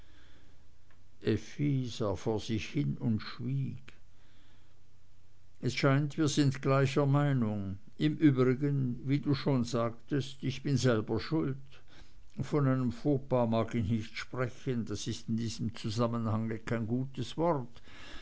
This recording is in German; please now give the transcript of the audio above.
vor sich hin und schwieg es scheint wir sind gleicher meinung im übrigen wie du schon sagtest bin ich selber schuld von einem fauxpas mag ich nicht sprechen das ist in diesem zusammenhang kein gutes wort